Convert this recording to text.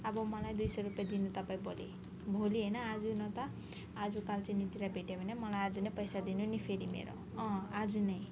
अब मलाई दुई सौ रुपियाँ दिनु तपाईँ भोलि भोलि होइन आज न त आज कालचिनीतिर भेटेँ भने मलाई आज नै पैसा दिनु नि फेरि मेरो अँ आज नै